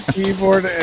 keyboard